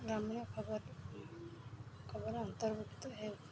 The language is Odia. ଗ୍ରାମୀଣ ଖବର ଖବର ଅନ୍ତର୍ଭୁକ୍ତ ହେଉ